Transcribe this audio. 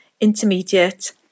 Intermediate